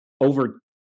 over